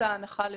הנחה למישהו.